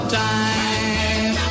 time